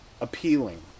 appealing